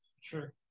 Sure